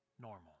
normal